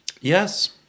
Yes